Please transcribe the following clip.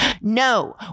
No